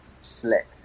slick